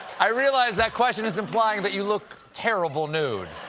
i realize that question is implying that you look terrible nude.